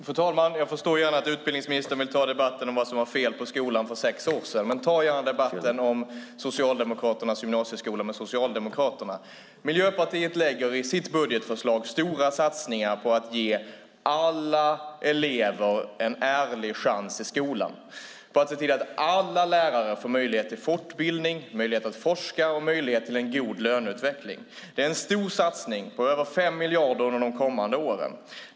Fru talman! Jag förstår att utbildningsministern gärna vill ta debatten om vad som var fel i skolan för sex år sedan. Men ta gärna debatten om Socialdemokraternas gymnasieskola med Socialdemokraterna. Miljöpartiet gör i sitt budgetförslag stora satsningar på att ge alla elever en ärlig chans i skolan för att se till att alla lärare får möjlighet till fortbildning, får möjlighet att forska och får möjlighet till en god löneutveckling. Det är en stor satsning på över 5 miljarder under de kommande åren.